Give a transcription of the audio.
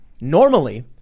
normally